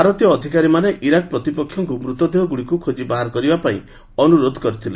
ଭାରତୀୟ ଅଧିକାରୀମାନେ ଇରାକ୍ ପ୍ରତିପକ୍ଷଙ୍କ ମୃତଦେହଗୁଡିକ ଖୋଟ୍ଟି ବାହାର କରିବା ପାଇଁ ଅନୁରୋଧ କରିଥିଲେ